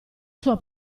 sua